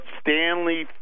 Stanley